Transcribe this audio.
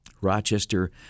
Rochester